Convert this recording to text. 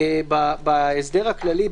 בהסדר הכללי,